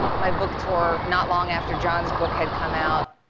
my book tour not long after jon's book had come out,